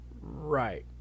Right